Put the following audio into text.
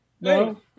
No